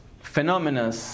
phenomena